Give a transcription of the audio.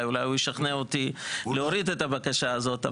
אולי הוא ישכנע אותי להוריד את הבקשה הזאת.